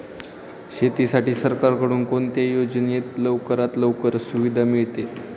शेतीसाठी सरकारकडून कोणत्या योजनेत लवकरात लवकर सुविधा मिळते?